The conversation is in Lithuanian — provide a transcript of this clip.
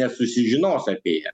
nesusižinos apie ją